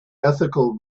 ethical